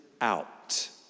out